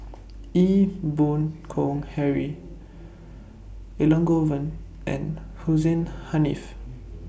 Ee Boon Kong Henry Elangovan and Hussein Haniff